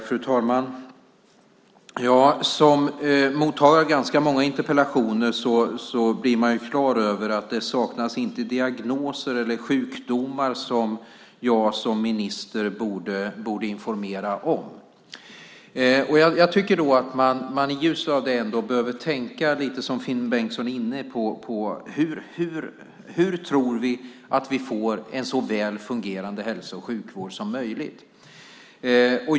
Fru talman! Som mottagare av ganska många interpellationer blir man på det klara med att det inte saknas diagnoser eller sjukdomar som jag som minister borde informera om. Jag tycker att man i ljuset av det ändå behöver tänka lite som Finn Bengtsson var inne på: Hur tror vi att vi får en så väl fungerande hälso och sjukvård som möjligt?